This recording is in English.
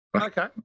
Okay